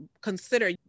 consider